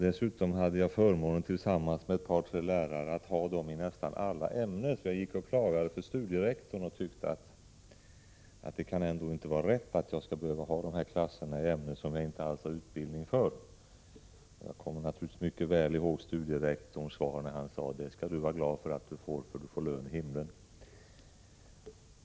Dessutom hade jag tillsammans med några lärare förmånen att ha dem i nästan alla ämnen. Jag gick till studierektorn och klagade och tyckte att det inte kunde vara rätt att jag skulle behöva ha dessa klasser i ämnen som jag inte hade utbildning för. Jag kommer naturligtvis mycket väl ihåg studierektorns svar när han sade: Det skall du vara glad för att du får, för du får lön i himlen.